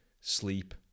sleep